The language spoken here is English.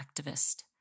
activist